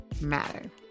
matter